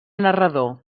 narrador